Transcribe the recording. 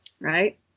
Right